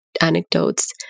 anecdotes